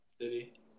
city